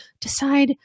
decide